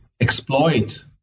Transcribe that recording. exploit